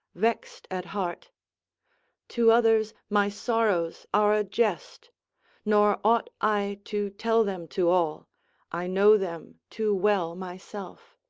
vexed at heart to others my sorrows are a jest nor ought i to tell them to all i know them too well myself.